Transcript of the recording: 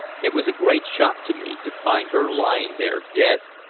it was a great shock to me to find her lying there dead.